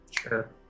Sure